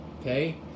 Okay